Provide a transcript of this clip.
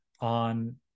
on